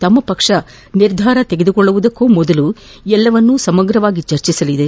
ತಮ್ನ ಪಕ್ಷ ನಿರ್ಧಾರ ತೆಗೆದುಕೊಳ್ಳುವ ಮುನ್ನ ಎಲ್ಲವನ್ನೂ ಸಮಗ್ರವಾಗಿ ಚರ್ಚಿಸಲಿದೆ